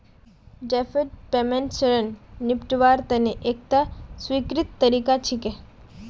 deferred payment ऋणक निपटव्वार तने एकता स्वीकृत तरीका छिके